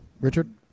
Richard